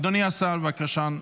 אדוני השר, בבקשה.